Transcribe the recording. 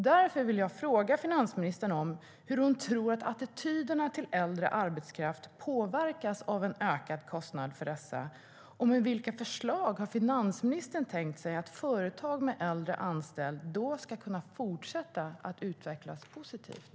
Därför vill jag fråga finansministern hur hon tror att attityden till äldre arbetskraft påverkas av en ökad kostnad för denna och vilka förslag finansministern har för att företag med äldre anställda ska kunna fortsätta att utvecklas positivt.